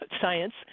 science